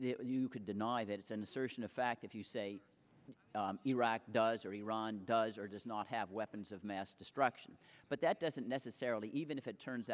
you could deny that it's an assertion of fact if you say iraq does or iran does or does not have weapons of mass destruction but that doesn't necessarily even if it turns